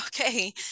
Okay